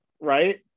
right